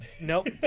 Nope